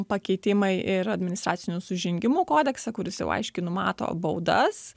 pakeitimai ir administracinių nusižengimų kodekse kuris jau aiškiai numato baudas